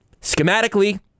schematically